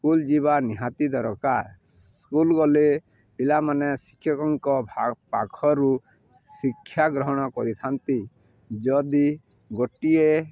school ଯିବା ନିହାତି ଦରକାର ସ୍କୁଲ ଗଲେ ପିଲାମାନେ ଶିକ୍ଷକଙ୍କ ପାଖରୁ ଶିକ୍ଷାାଗ୍ରହଣ କରିଥାନ୍ତି ଯଦି ଗୋଟିଏ